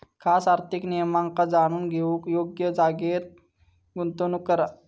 खास आर्थिक नियमांका जाणून घेऊन योग्य जागेर गुंतवणूक करा